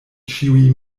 ĉiuj